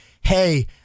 Hey